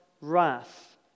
wrath